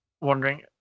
wondering